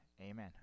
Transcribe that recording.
Amen